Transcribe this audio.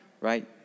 right